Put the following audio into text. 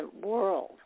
world